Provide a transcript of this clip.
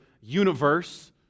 universe